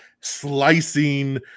slicing